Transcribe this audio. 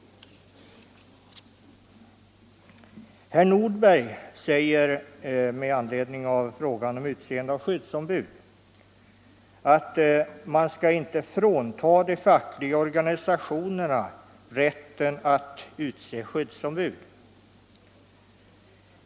Herr Nordberg säger angående frågan om utseende av skyddsombud att man inte skall frånta de fackliga organisationerna rätten att utse skyddsombud.